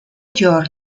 george